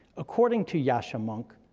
according to yascha mounk,